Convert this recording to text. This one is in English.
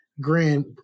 grand